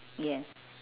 yes